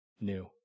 new